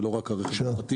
לא מדובר רק ברכב הפרטי.